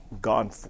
gone